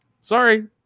Sorry